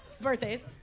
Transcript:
birthdays